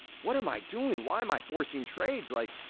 what am i doing? why am i forcing trades? like,